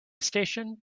station